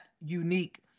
unique